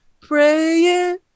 praying